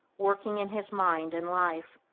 working in his mind and life,